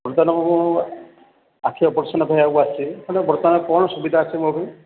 ବର୍ତ୍ତମାନ ମୁଁ ଆଖି ଅପରେସନ୍ କରିବାକୁ ଆସିଛି ବର୍ତ୍ତମାନ କ'ଣ ସୁବିଧା ଅଛି ମୋ ପାଇଁ